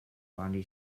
body